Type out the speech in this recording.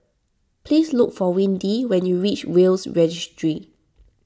please look for Windy when you reach Will's Registry